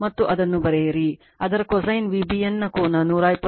ಮತ್ತು ಅದನ್ನು ಬರೆಯಿರಿ ಅದರ cosine VBN ನ ಕೋನ 120 o ಮತ್ತು Ibಯ ಕೋನ 93